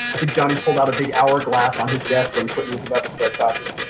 i think johnny pulled out a big hour glass on his desk when clinton was about to start talking.